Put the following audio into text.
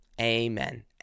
Amen